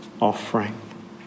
offering